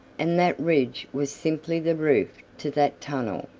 and that ridge was simply the roof to that tunnel.